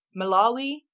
Malawi